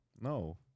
No